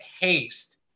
Haste